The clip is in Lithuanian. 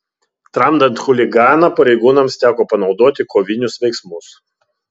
tramdant chuliganą pareigūnams teko panaudoti kovinius veiksmus